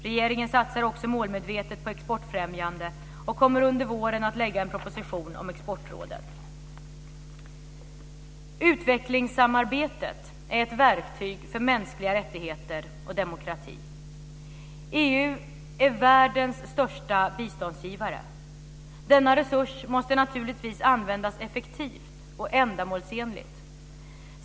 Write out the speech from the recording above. Regeringen satsar också målmedvetet på exportfrämjande och kommer under våren att lägga en proposition om Exportrådet. Utvecklingssamarbetet är ett verktyg för mänskliga rättigheter och demokrati. EU är världens största biståndsgivare. Denna resurs måste användas effektivt och ändamålsenligt.